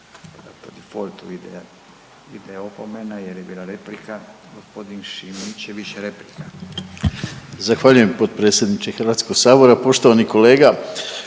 Zahvaljujem potpredsjedniče Hrvatskog sabora. Evo nakon